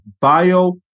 bio